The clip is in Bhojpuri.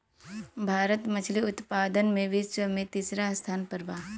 भारत मछली उतपादन में विश्व में तिसरा स्थान पर बा